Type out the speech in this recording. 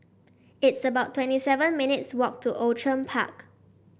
it's about twenty seven minutes' walk to Outram Park